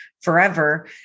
forever